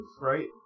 right